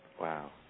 Wow